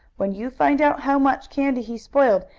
when you find out how much candy he spoiled,